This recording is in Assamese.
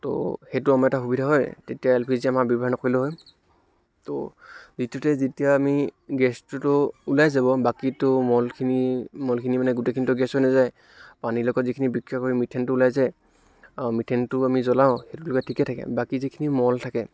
ত' সেইটো আমাৰ এটা সুবিধা হয় তেতিয়া এল পি জি আমাৰ ব্যৱহাৰ নকৰিলেও হয় ত' দ্বিতীয়তে যেতিয়া আমি গেছটোতো ওলাই যাব বাকীটো মলখিনি মলখিনি মানে গোটেইখিনিতো গেছ হৈ নাযায় পানীৰ লগত যিখিনি বিক্ৰিয়া কৰি মিথেনটো ওলাই যায় মিথেনটো আমি জ্বলাওঁ সেইটোলৈকে ঠিকে থাকে বাকী যিখিনি মল থাকে